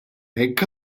hekk